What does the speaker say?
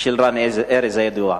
של רן ארז, הידוע.